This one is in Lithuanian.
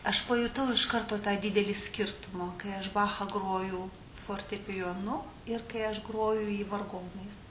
aš pajutau iš karto tą didelį skirtumą kai aš bachą grojau fortepijonu ir kai aš groju jį vargonais